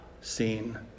seen